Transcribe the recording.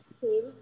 team